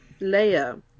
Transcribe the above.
Leia